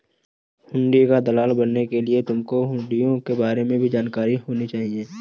हुंडी का दलाल बनने के लिए तुमको हुँड़ियों के बारे में भी जानकारी होनी चाहिए